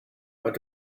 what